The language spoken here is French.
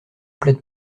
plaide